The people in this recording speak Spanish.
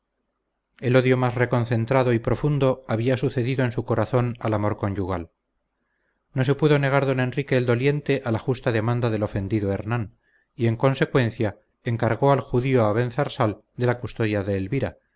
el odio más reconcentrado y profundo había sucedido en su corazón al amor conyugal no se pudo negar don enrique el doliente a la justa demanda del ofendido hernán y en consecuencia encargó al judío abenzarsal de la custodia de elvira